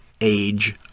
age